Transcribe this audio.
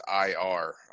IR